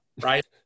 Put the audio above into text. right